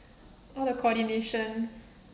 all the coordination